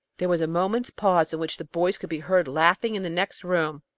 there was a moment's pause, in which the boys could be heard laughing in the next room.